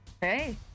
hey